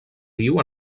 viu